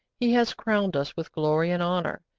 he has crowned us with glory and honour.